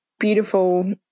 beautiful